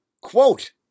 quote